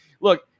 look